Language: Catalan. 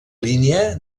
línia